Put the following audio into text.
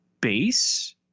base